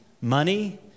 money